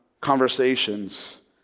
conversations